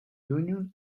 union